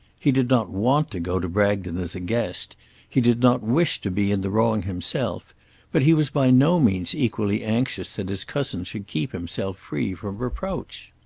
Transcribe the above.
he did not want to go to bragton as a guest he did not wish to be in the wrong himself but he was by no means equally anxious that his cousin should keep himself free from reproach.